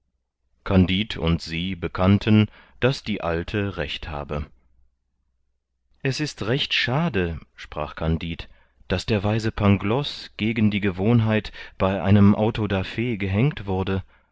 kandid und sie bekannten daß die alte recht habe es ist recht schade sprach kandid daß der weise pangloß gegen die gewohnheit bei einem auto da fe gehängt wurde